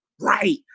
Right